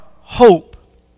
hope